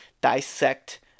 dissect